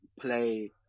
play